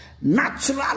natural